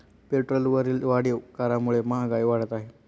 पेट्रोलवरील वाढीव करामुळे महागाई वाढत आहे